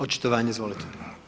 Očitovanje, izvolite.